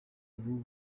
ubu